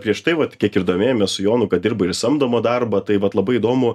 prieš tai vat kiek ir domėjomės su jonu kad dirbai ir samdomą darbą tai vat labai įdomu